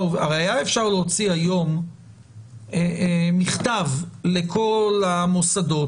אפשר היה להוציא היום מכתב לכל המוסדות,